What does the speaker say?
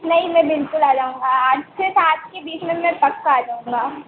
नहीं मैं बिल्कुल आ जाऊंगा आठ से सात के बीच में मैं पक्का आ जाऊंगा